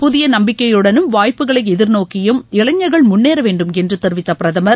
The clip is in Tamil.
புதிய நம்பிக்கையுடனும் வாய்ப்புக்களை எதிர்நோக்கியும் இளைஞர்கள் முன்னேற வேண்டும் என்று தெரிவித்த பிரதமர்